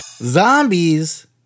Zombies